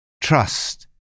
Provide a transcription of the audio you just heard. Trust